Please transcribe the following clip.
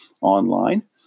online